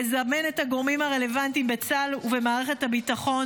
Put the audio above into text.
לזמן את הגורמים הרלוונטיים בצה"ל ובמערכת הביטחון